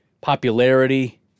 popularity